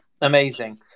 Amazing